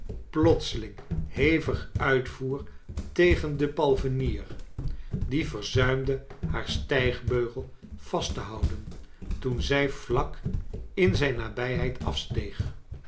plotseling hevig uitvcer tegen den palfrenier die verzuimde haar stijgbeugel vast te houden toen zij vlak in zijn nabijheid afsteeg